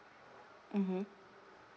mmhmm